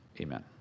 amen